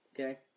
Okay